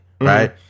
right